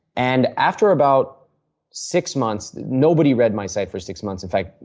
and after about six months nobody read my site for six months. in fact,